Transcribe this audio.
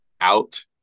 out